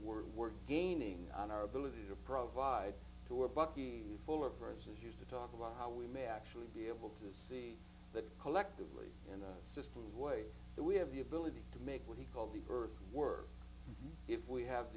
we're we're gaining on our ability to provide two or bucky fuller verses used to talk about how we may actually be able to see that collectively in the systems way that we have the ability to make what he called the earth work if we have